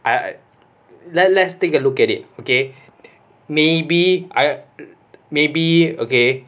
I let let's take a look at it okay maybe I maybe okay